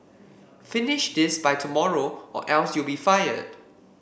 finish this by tomorrow or else you'll be fired